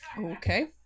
Okay